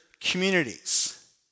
communities